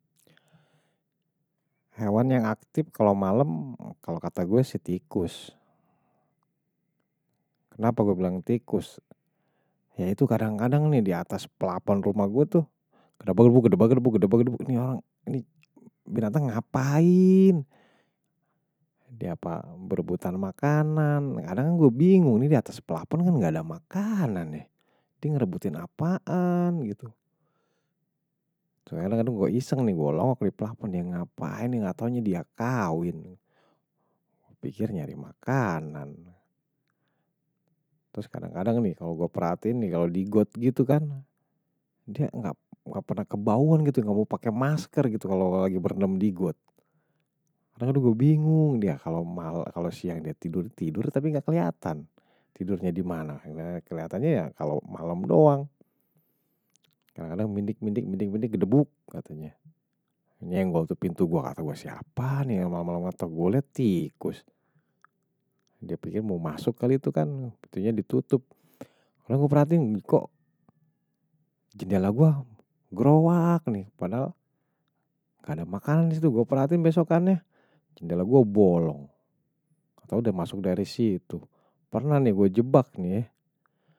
Hewan yang aktif kalau malam kalau kata gue sih tikus, kenapa gue bilang tikus ya itu kadang-kadang nih di atas pelapon rumah gue tuh kedebag kedebug, nih binatang ngapain apa berebutan makanan kadang ini gue bingung nih itu di atas pelapon nggak ada makanan nih. Dia ngerebutin apaan gitu. Terus kadang kadang gue iseng nih, gue ngelongok di plapon, dia ngapain, gak tahu dia kawin. Gue pikir nyari makanan. Terus kadang kadang nih, kalau gue perhatikan nih, kalau digot gitu kan, dia gak pernah kebauann gitu, gak mau pakai masker gitu kalau lagi berendam digot. Terus kadang kadang gue bingung, dia kalau mal, kalau siang, dia tidur tidur tapi gak kelihatan. Tidurnya dimana, kelihatannya ya kalau malam doang. Terus kadang kadang mindik mindik gedebuk, katanya. Ini yang nyenggol pintu gue, gak tahu gue siapa nih, malam-malam gue liat tikus. Dia pikir mau masuk kali itu kan, betulnya ditutup. Kalau gue perhatikan, kok jendela gue gerowak nih, padahal gak ada makanan di situ. Gue perhatikan besokannya jendela gue bolong. ga taunye die masuk dari situ, pernah nih gue jebak nih ya.